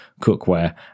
cookware